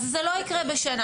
אז זה לא ייקרה בשנה,